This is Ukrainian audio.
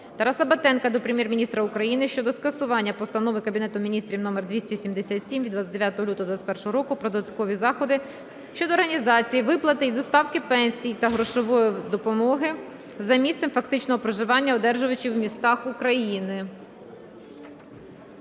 Тараса Батенка до Прем'єр-міністра України щодо скасування Постанови Кабінету Міністрів № 277 від 29 лютого 2021 року "Про додаткові заходи щодо організації виплати і доставки пенсій та грошової допомоги за місцем фактичного проживання одержувачів у містах України".